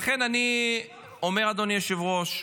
לכן, אני אומר, אדוני היושב-ראש,